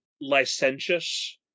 licentious